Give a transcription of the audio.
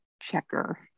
Checker